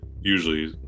usually